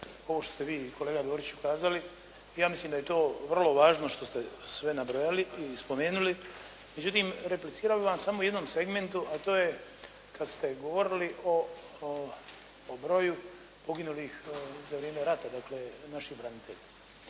ovo što ste vi kolega Doriću kazali, ja mislim da je to vrlo važno što ste sve nabrojali i spomenuli, međutim replicirao bih vam samo u jednom segmentu, a to je kad ste govorili o broju poginulih za vrijeme rata, dakle naših branitelja.